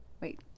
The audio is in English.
Wait